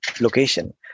location